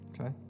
Okay